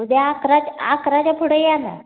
उद्या अकरा अकराच्या पुढं या ना